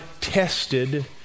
tested